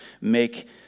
make